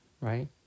right